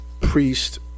priest